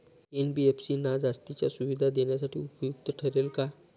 NBFC ना जास्तीच्या सुविधा देण्यासाठी उपयुक्त ठरेल का?